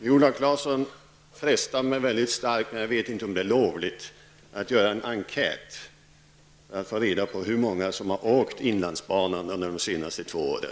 Herr talman! Viola Claesson frestar mig mycket starkt, men jag vet inte om det är lovligt, att göra en enkät för att ta reda på hur många som har rest på inlandsbanan under de senaste två åren.